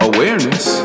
Awareness